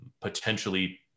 potentially